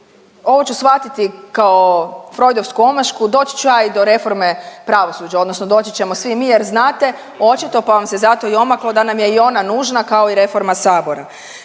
ovo ću shvatiti kao frojdovsku omašku, doći ću ja i do reforme pravosuđa odnosno doći ćemo svi mi jer znate očito, pa vam se zato i omaklo da nam je i ona nužna kao i reforma sabora.